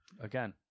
Again